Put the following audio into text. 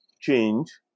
change